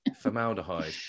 Formaldehyde